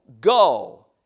go